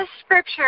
scripture